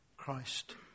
Christ